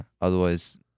otherwise